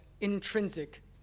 intrinsic